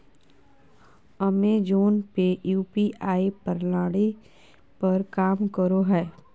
Amazon पे UPI प्रणाली पर काम करो हय